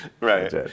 right